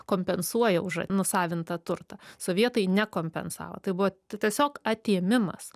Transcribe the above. kompensuoja už nusavintą turtą sovietai nekompensavo tai buvo tiesiog atėmimas